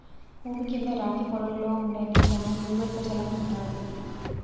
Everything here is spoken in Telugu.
భూమి కింద రాతి పొరల్లో ఉండే నీళ్ళను భూగర్బజలం అంటారు